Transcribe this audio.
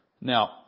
Now